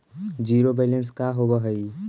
Zero balance का होव हइ?